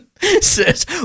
says